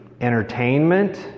entertainment